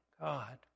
god